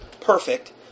perfect